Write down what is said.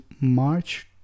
March